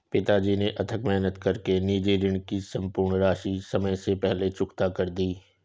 पिताजी ने अथक मेहनत कर के निजी ऋण की सम्पूर्ण राशि समय से पहले चुकता कर दी